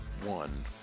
one